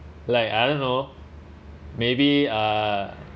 like I don't know maybe uh